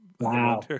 wow